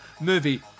Movie